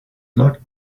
not